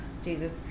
Jesus